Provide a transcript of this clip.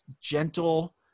gentle